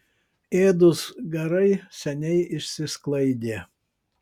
ėdūs garai seniai išsisklaidė